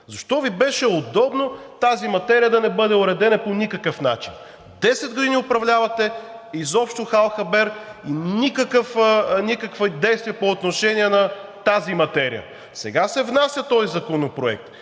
Защо Ви беше удобно тази материя да не бъде уредена по никакъв начин? Десет години управлявахте, изобщо хал хабер, никакви действия по отношение на тази материя. Сега се внася този законопроект.